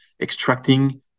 extracting